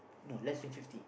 no less than fifty